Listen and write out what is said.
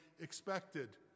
expected